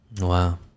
Wow